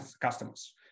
customers